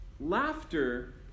laughter